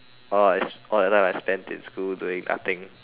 orh is all the time I spent in school doing nothing